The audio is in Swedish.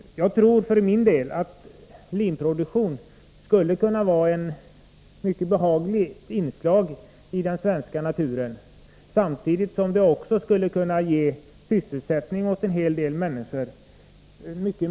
Jag tror att linodling skulle vara ett mycket behagligt inslag i den svenska naturen samtidigt som den skulle kunna ge meningsfull sysselsättning åt en hel del människor.